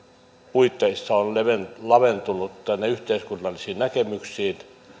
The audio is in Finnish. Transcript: puitteissa laventunut yhteiskunnallisiin näkemyksiin